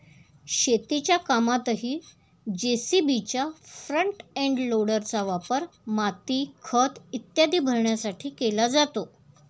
शेतीच्या कामातही जे.सी.बीच्या फ्रंट एंड लोडरचा वापर माती, खत इत्यादी भरण्यासाठी केला जातो